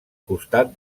costat